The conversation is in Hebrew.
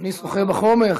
אדוני שוחה בחומר.